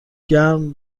گرم